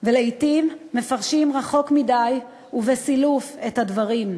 ולעתים מפרשים רחוק מדי ובסילוף הדברים.